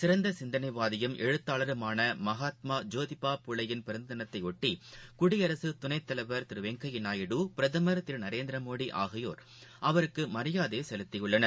சிறந்தசிந்தனைவாதியும் எழுத்தாளருமானமகாத்மாஜோதிபா புலேயின் பிறந்ததினத்தைஷட்டி குடியரசுதுணைத்தலைவர் திருவெங்கையாநாயுடு பிரதமர் திருநரேந்திரமோடிஆகியோர் அவருக்குமரியாதைசெலுத்தியுள்ளனர்